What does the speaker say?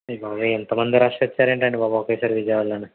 అయ్ బాబోయ్ ఇంత మంది రష్ వచ్చారేంటండి బాబు ఒకేసారి విజయవాడలోని